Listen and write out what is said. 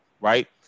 right